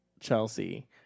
Chelsea